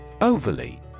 Overly